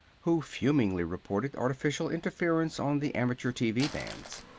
who fumingly reported artificial interference on the amateur tv bands.